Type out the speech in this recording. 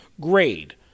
grade